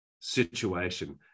situation